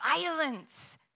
violence